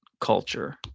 culture